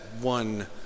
one